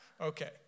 Okay